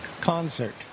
Concert